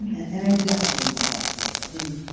and i definitely want that for you. i mean,